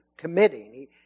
committing